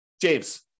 James